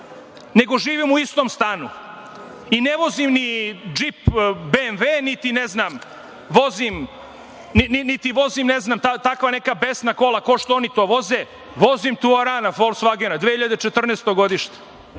nego živim u istom stanu i ne vozim ni džip BMV, niti vozim takva neka besna kola ko što oni to voze. Vozim tuarana, Folsvagena, 2014. godište. Nemam